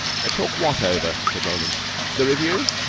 talk what over? said roland the revue?